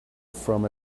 from